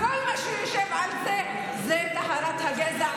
כל מה שיושב על זה הוא על טהרת הגזע.